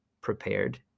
prepared